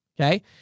Okay